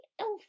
elf